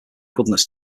goodness